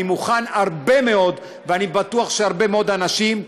אני מוכן הרבה מאוד, ואני בטוח שהרבה מאוד אנשים,